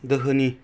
दोहोनि